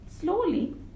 slowly